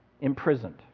Imprisoned